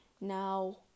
Now